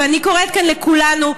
ואני קוראת כאן לכולנו,